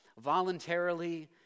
voluntarily